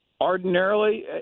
Ordinarily